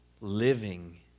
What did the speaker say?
living